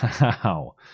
Wow